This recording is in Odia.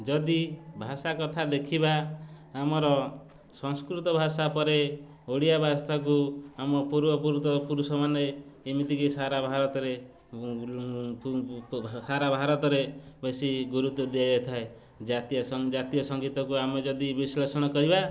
ଯଦି ଭାଷା କଥା ଦେଖିବା ଆମର ସଂସ୍କୃତ ଭାଷା ପରେ ଓଡ଼ିଆ ବାସ୍ତବତାକୁ ଆମ ପୂର୍ବପୁରୁତ ପୁରୁଷମାନେ ଏମିତି କି ସାରା ଭାରତରେ ସାରା ଭାରତରେ ବେଶୀ ଗୁରୁତ୍ୱ ଦିଆ ଯାଇଥାଏ ଜାତୀୟ ସଂ ଜାତୀୟ ସଙ୍ଗୀତକୁ ଆମେ ଯଦି ବିଶ୍ଲେଷଣ କରିବା